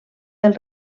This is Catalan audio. del